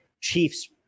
Chiefs